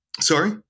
Sorry